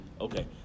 Okay